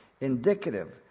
indicative